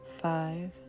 five